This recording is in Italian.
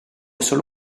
solo